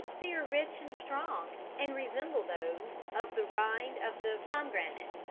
they are rich and strong, and resemble those of the rind of the pomegranate.